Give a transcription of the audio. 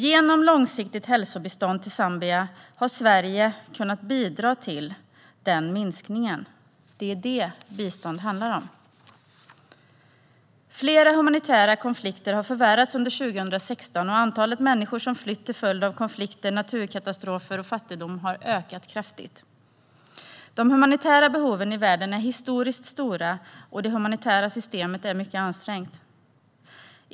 Genom långsiktigt hälsobistånd till Zambia har Sverige kunnat bidra till den minskningen. Det är det bistånd handlar om. Flera humanitära konflikter har förvärrats under 2016, och antalet människor som flytt till följd av konflikter, naturkatastrofer och fattigdom har ökat kraftigt. De humanitära behoven i världen är historiskt stora. Och det humanitära systemet är mycket ansträngt.